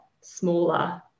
smaller